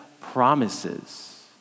promises